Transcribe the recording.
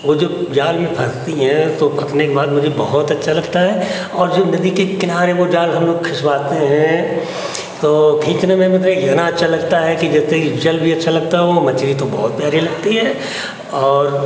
वह जो जाल में फँसती हैं तो फँसने के बाद मुझे बहुत अच्छा लगता है और जब नदी के किनारे वह जाल हमलोग खिंचवाते हैं तो खींचने में मतलब यह इतना अच्छा लगता है कि जैसे कि जल भी अच्छा लगता है वह मछली तो बहुत प्यारी लगती है और